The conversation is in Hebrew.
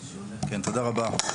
כן, תודה רבה.